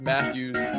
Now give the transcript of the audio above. Matthews